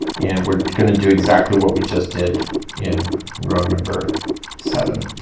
and we're gonna do exactly what we just did in row number seven.